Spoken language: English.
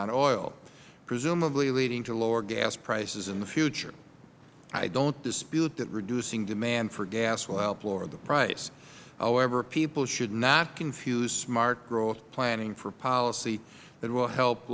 on oil presumably leading to lower gas prices in the future i don't dispute that reducing demand for gas will help lower the price however people should not confuse smart growth planning for policy that will help